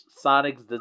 Sonic's